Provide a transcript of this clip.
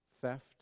theft